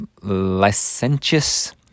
Licentious